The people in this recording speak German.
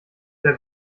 der